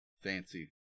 Fancy